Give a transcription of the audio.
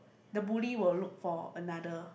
the bully would look for another